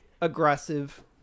aggressive